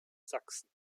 sachsen